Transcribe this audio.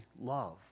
love